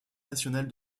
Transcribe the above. nationale